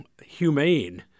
humane